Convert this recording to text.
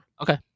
Okay